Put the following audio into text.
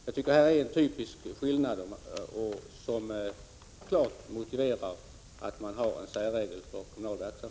Jag tycker att det här föreligger en typisk skillnad som klart motiverar särregler för den kommunala verksamheten.